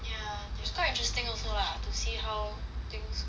it's quite interesting also lah to see how things grow